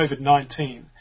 COVID-19